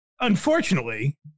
unfortunately